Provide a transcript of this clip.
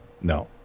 No